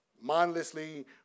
mindlessly